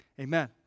Amen